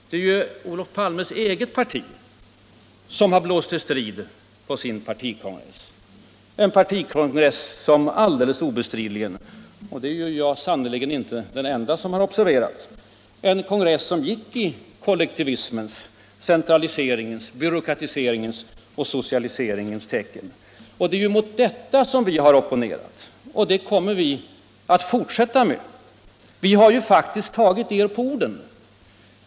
Det är Olof Palmes eget parti som har blåst till strid på sin partikongress, en partikongress som alldeles obestridligen — det är jag sannerligen inte den ende som har observerat — gick i kollektivismens, centraliseringens, byråkratiseringens och socialiseringens tecken. Det är mot detta som vi har opponerat och det kommer vi att fortsätta med. Vi har faktiskt tagit er på orden.